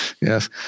Yes